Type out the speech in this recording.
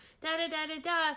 da-da-da-da-da